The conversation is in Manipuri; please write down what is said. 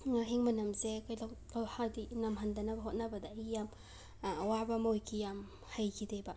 ꯉꯥꯍꯤꯡ ꯃꯅꯝꯁꯦ ꯀꯩꯗꯧꯕ ꯍꯥꯏꯗꯤ ꯅꯝꯍꯟꯗꯅꯕ ꯍꯣꯏꯅꯕꯗ ꯑꯩ ꯌꯥꯝꯅ ꯑꯋꯥꯕ ꯑꯃ ꯑꯣꯏꯈꯤ ꯌꯥꯝꯅ ꯍꯩꯈꯤꯗꯦꯕ